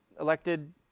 elected